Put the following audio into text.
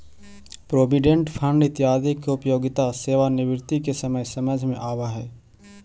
provident fund इत्यादि के उपयोगिता सेवानिवृत्ति के समय समझ में आवऽ हई